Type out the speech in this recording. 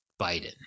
Biden